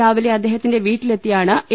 രാവിലെ അദ്ദേഹത്തിന്റെ വീട്ടിലെത്തിയാണ് എ